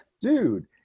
Dude